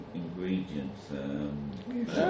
ingredients